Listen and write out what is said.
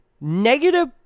negative